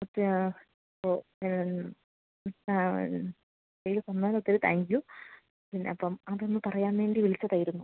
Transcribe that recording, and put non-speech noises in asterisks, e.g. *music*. ഒത്തിരി ആ ഓ *unintelligible* ഞങ്ങള് ഇനി ഈ വന്നതിനൊത്തിരി താങ്ക്യൂ പിന്നെയപ്പോള് അതൊന്നു പറയാൻ വേണ്ടി വിളിച്ചതായിരുന്നു